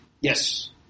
Yes